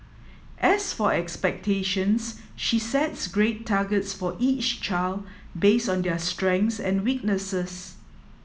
as for expectations she sets grade targets for each child based on their strengths and weaknesses